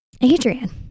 adrian